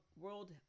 world